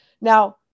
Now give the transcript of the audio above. Now